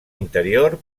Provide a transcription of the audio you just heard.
interior